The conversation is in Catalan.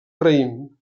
raïm